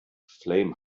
flame